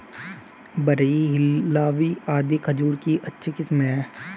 बरही, हिल्लावी आदि खजूर की अच्छी किस्मे हैं